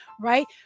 right